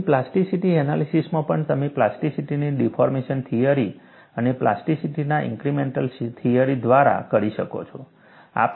તેથી પ્લાસ્ટિસિટી એનાલિસીસમાં પણ તમે પ્લાસ્ટિસિટીની ડિફોર્મેશન થિયરી અને પ્લાસ્ટિસિટીના ઇન્ક્રીમેન્ટલ થિયરી દ્વારા કરી શકો છો